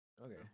Okay